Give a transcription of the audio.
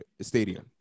stadium